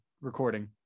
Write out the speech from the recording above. recording